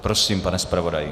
Prosím, pane zpravodaji.